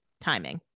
timing